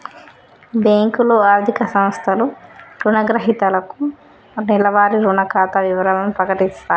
బ్యేంకులు, ఆర్థిక సంస్థలు రుణగ్రహీతలకు నెలవారీ రుణ ఖాతా వివరాలను ప్రకటిత్తయి